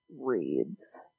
reads